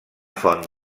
font